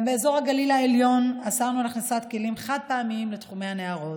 גם באזור הגליל העליון אסרנו על הכנסת כלים חד-פעמיים לתחומי הנהרות.